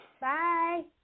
Bye